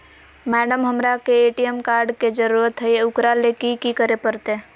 Madam, हमरा के ATM card के जरूरत है ऊकरा ले की की करे परते?